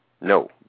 No